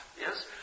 Yes